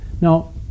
now